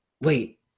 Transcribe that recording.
wait